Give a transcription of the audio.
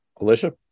Alicia